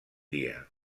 dia